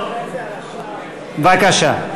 בבקשה.